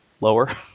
lower